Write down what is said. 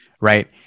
Right